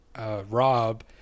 Rob